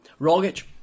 Rogic